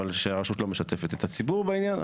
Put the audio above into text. אבל שהרשות לא משתפת את הציבור בעניין.